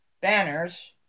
banners